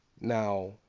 Now